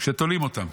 כשתולים אותם.